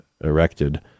erected